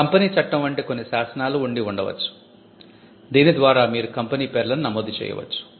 company చట్టం వంటి కొన్ని శాసనాలు ఉండి ఉండవచ్చు దీని ద్వారా మీరు కంపెనీ పేర్లను నమోదు చేయవచ్చు